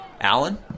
Allen